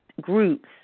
groups